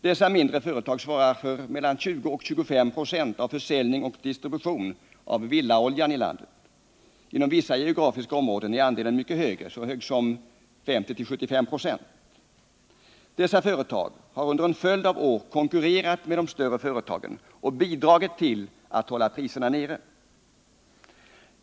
Dessa mindre företag svarar för 20-25 96 av försäljning och distribution av villaolja i landet. Inom vissa geografiska områden är andelen så hög som 50-75 96. Dessa företag har under en följd av år konkurrerat med de större företagen och bidragit till att hålla priserna nere.